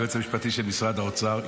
היועץ המשפטי של משרד האוצר,